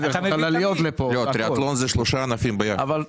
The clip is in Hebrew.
לא, טריאתלון זה שלושה ענפים ביחד,